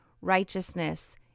righteousness